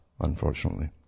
unfortunately